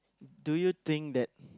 do you think that